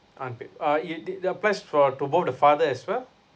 unpaid uh it did the price for to both the father as well